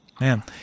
Man